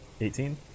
eighteen